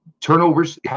turnovers